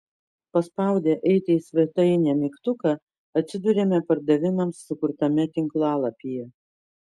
paspaudę eiti į svetainę mygtuką atsiduriame pardavimams sukurtame tinklalapyje